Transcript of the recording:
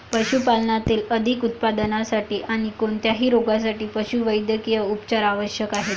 पशुपालनातील अधिक उत्पादनासाठी आणी कोणत्याही रोगांसाठी पशुवैद्यकीय उपचार आवश्यक आहेत